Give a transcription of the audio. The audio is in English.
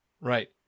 right